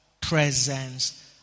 presence